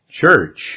church